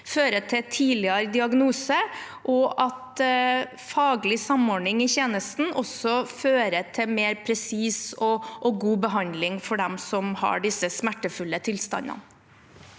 fører til tidligere diagnose, og at faglig samordning i tjenesten fører til mer presis og god behandling for dem som har disse smertefulle tilstandene.